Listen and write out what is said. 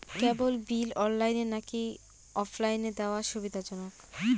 কেবল bill অনলাইনে নাকি অফলাইনে দেওয়া সুবিধাজনক?